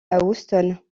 houston